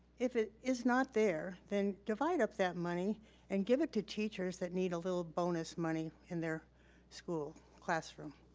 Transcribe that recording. if it is not there, then divide up that money and give it to teachers that need a little bonus money in their school classroom.